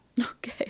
Okay